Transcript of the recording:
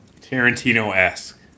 Tarantino-esque